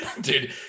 Dude